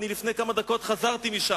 לפני כמה דקות חזרתי משם,